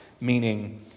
meaning